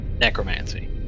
necromancy